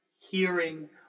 hearing